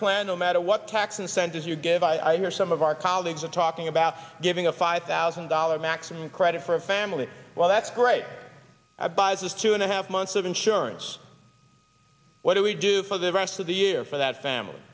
plan no matter what tax incentives you give i hear some of our colleagues are talking about giving a five thousand dollars maximum credit for a family well that's great buys is two and a half months of insurance what do we do for the rest of the year for that family